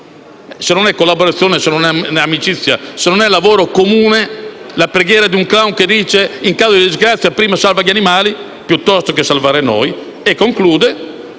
se non è collaborazione, se non è amicizia, se non è lavoro comune la preghiera di un *clown* che dice: «In caso di disgrazia, salva prima gli animali, piuttosto che salvare noi».